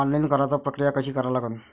Online कराच प्रक्रिया कशी करा लागन?